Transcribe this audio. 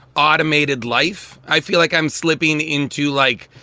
automated life i feel like i'm slipping into, like,